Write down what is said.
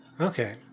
okay